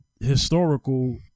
historical